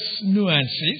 nuances